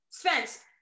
Spence